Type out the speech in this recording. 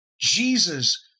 Jesus